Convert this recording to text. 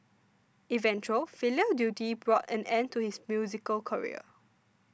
eventual filial duty brought an end to his musical career